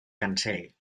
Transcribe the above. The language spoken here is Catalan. cancell